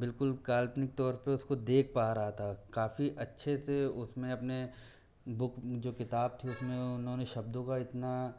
बिल्कुल काल्पनिक तौर पे उसको देख पा रहा था काफ़ी अच्छे से उसमें अपने बुक जो किताब थी उसमें उन्होंने शब्दों का इतना